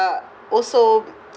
uh also